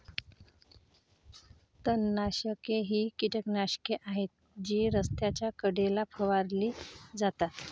तणनाशके ही कीटकनाशके आहेत जी रस्त्याच्या कडेला फवारली जातात